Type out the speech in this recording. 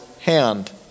hand